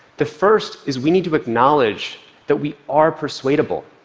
the first is we need to acknowledge that we are persuadable.